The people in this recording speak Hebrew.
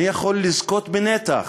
אני יכול לזכות בנתח